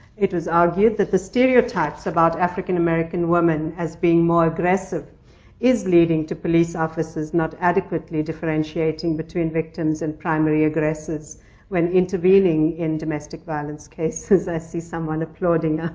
it was argued that the stereotypes about african american women as being more aggressive is leading to police officers not adequately differentiating between victims and primary aggressors when intervening in domestic violence cases. i see someone applauding ah